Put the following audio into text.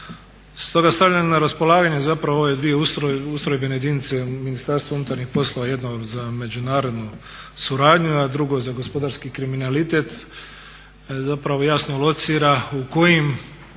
Stoga stavljam na raspolaganje zapravo ove dvije ustrojbene jedinice Ministarstva unutarnjih poslova, jedno za međunarodnu suradnju a drugo za gospodarski kriminalitet. Zapravo jasno locira u kojim